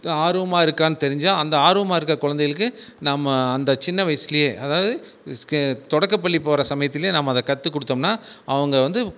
ஆர்வமாக இருக்காணு தெரிஞ்சு அந்த ஆர்வமாக இருக்கிற குழந்தைகளுக்கு நம்ம அந்த சின்ன வயசுலயே அதாவது தொடக்கப்பள்ளி போகற சமயத்துல அதை கற்று கொடுத்தோம்னா அவங்க வந்து